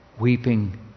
weeping